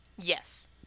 Yes